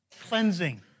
cleansing